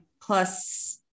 Plus